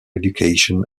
education